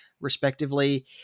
respectively